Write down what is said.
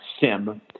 SIM